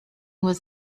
was